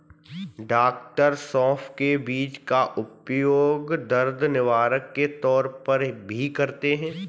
डॉ सौफ के बीज का उपयोग दर्द निवारक के तौर पर भी करते हैं